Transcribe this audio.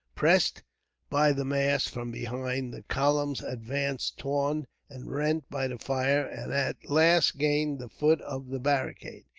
pressed by the mass from behind, the columns advanced, torn and rent by the fire, and at last gained the foot of the barricade.